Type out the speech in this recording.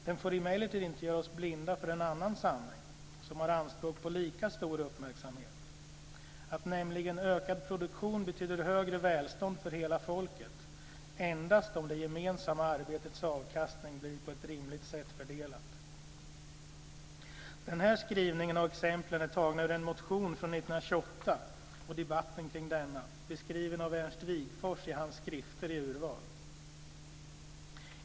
Den får emellertid inte göra oss blinda för en annan sanning, som har anspråk på lika stor uppmärksamhet, nämligen att ökad produktion betyder ökat välstånd för hela folket endast om det gemensamma arbetets avkastning blir på ett rimligt sätt fördelad. Denna skrivning och exemplen är tagna från en motion från 1928 och debatten kring denna, beskriven av Ernst Wigforss i hans Skrifter i urval.